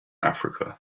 africa